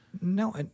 No